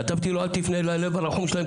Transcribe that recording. כתבתי לו - אל תפנה ללב הרחום שלהם,